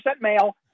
male